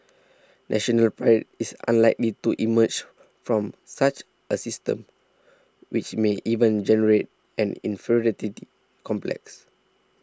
National Pride is unlikely to emerge from such a system which may even generate an inferiority complex